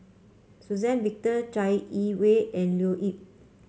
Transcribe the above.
Suzann Victor Chai Yee Wei and Leo Yip